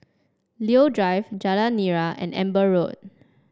Leo Drive Jalan Nira and Amber Road